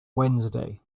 wednesday